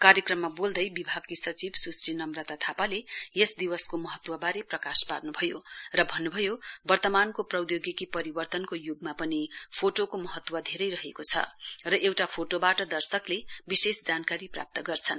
कार्यक्रममा बोल्दै विभागकी सचिव सुश्री नम्रता थापाले यस दिवसको महत्वबारे प्रकाश पार्न्भयो र भन्न्भयो वर्तमानको प्रौधोगिकी परिवर्तनको य्गमा पनि फोटोको महत्व धेरै रहेको छ एउटा फोटोबाट दर्शकले विशेष जानकारी प्राप्त गर्छन्